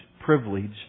privilege